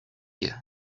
you